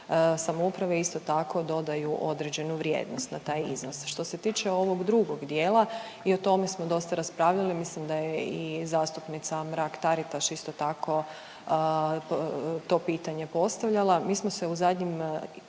samouprave isto tako dodaju određenu vrijednost na taj iznos. Što se tiče ovog drugog dijela i o tome smo dosta raspravljali, mislim da je i zastupnica Mrak Taritaš isto tako to pitanje postavljala. Mi smo se u zadnjim,